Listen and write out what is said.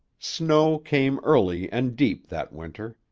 snow came early and deep that winter.